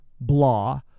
blah